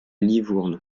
livourne